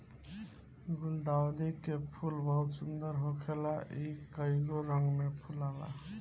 गुलदाउदी के फूल बहुत सुंदर होखेला इ कइगो रंग में फुलाला